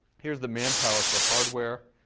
here's the manpower for hardware,